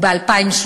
וב-2017,